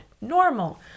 normal